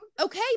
Okay